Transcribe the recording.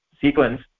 sequence